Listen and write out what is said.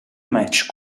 match